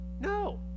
No